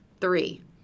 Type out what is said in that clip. Three